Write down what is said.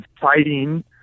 fighting